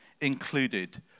included